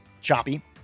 choppy